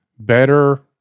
better